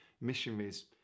missionaries